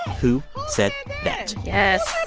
who said that yes.